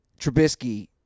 Trubisky